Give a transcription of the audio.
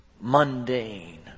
mundane